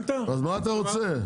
אז מה אתה רוצה?